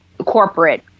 corporate